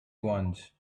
once